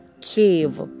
cave